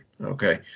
Okay